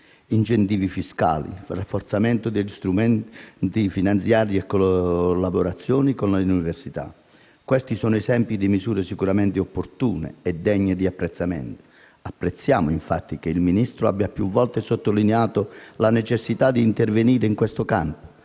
Incentivi fiscali, rafforzamento degli strumenti finanziari e collaborazioni con le università: sono esempi di misure sicuramente opportune e degne di apprezzamento. Apprezziamo che il Ministro abbia più volte sottolineato la necessità di intervenire in questo campo.